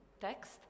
text